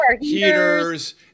heaters